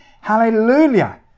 Hallelujah